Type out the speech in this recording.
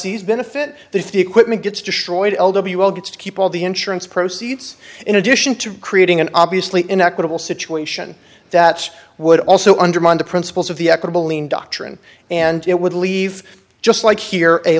lessees benefit if the equipment gets destroyed l w all gets to keep the insurance proceeds in addition to creating an obviously in equitable situation that would also undermine the principles of the equitable lien doctrine and it would leave just like here a